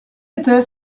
était